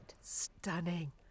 Stunning